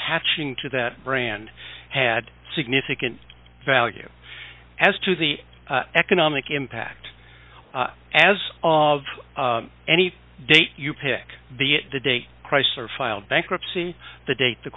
aching to that brand had significant value as to the economic impact as of any date you pick the the day chrysler filed bankruptcy the date the